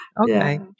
Okay